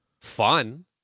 fun